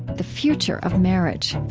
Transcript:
the future of marriage.